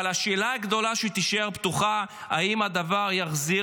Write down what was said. אבל השאלה הגדולה שתישאר פתוחה היא אם הדבר יחזיר